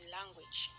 Language